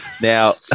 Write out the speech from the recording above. Now